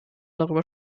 darüber